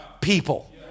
people